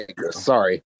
sorry